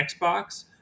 Xbox